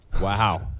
Wow